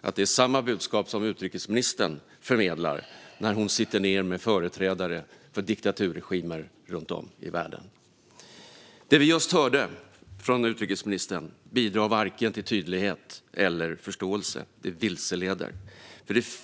att det är samma budskap som utrikesministern förmedlar när hon sitter ned med företrädare för diktaturregimer runt om i världen. Det vi just hörde från utrikesministern bidrar varken till tydlighet eller till förståelse. Det vilseleder.